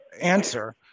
answer